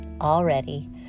already